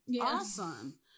awesome